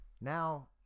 Now